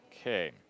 Okay